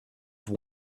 have